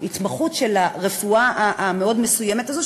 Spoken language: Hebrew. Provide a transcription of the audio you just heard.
ההתמחות של הרפואה המאוד-מסוימת הזו,